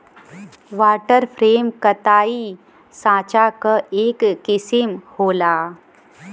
water frame कताई साँचा क एक किसिम होला